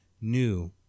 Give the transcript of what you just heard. new